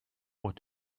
what